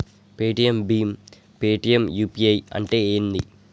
Paytm భీమ్ Paytm UPI అంటే ఏంది?